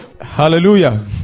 Hallelujah